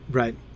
right